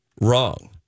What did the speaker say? wrong